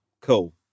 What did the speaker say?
cool